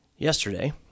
Yesterday